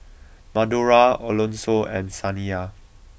Madora Alonso and Saniya